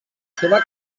seva